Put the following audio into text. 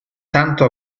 tanto